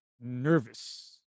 nervous